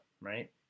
right